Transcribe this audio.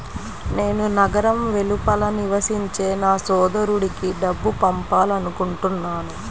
నేను నగరం వెలుపల నివసించే నా సోదరుడికి డబ్బు పంపాలనుకుంటున్నాను